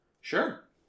Sure